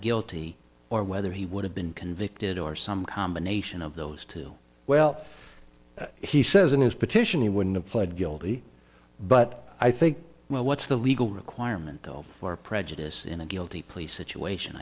guilty or whether he would have been convicted or some combination of those two well he says in his petition he wouldn't have pled guilty but i think well what's the legal requirement call for prejudice in a guilty plea situation i